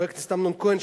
חבר הכנסת אמנון כהן,